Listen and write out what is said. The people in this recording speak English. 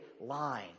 line